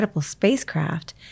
spacecraft